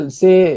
say